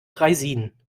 draisinen